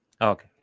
Okay